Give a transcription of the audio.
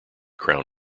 crown